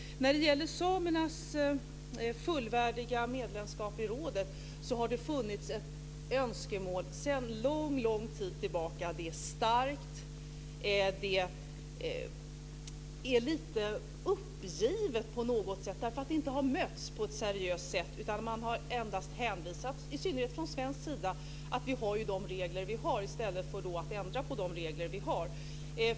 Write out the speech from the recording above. När det gäller samernas fullvärdiga medlemskap i rådet har det funnits ett önskemål sedan lång tid tillbaka. Det är starkt. Det är lite uppgivet, på något sätt, därför att det inte har mötts på ett seriöst sätt. Man har i synnerhet från svensk sida endast hänvisat till att vi har de regler vi har i stället för att ändra på de regler vi har.